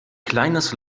kleines